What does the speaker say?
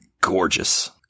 gorgeous